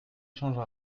changera